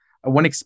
One